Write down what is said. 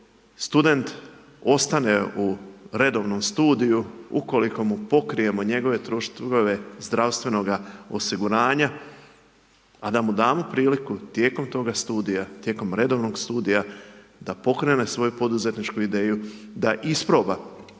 student ostane u redovnom studiju, ukoliko mu pokrijemo njegove troškove, zdravstvenoga osiguranja, a da mu damo priliku, tijekom toga studija, tijekom redovnog studija, da pokrene svoju poduzetničku ideju, da isproba,